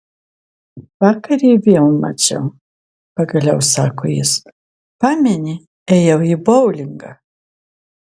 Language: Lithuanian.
vakar jį vėl mačiau pagaliau sako jis pameni ėjau į boulingą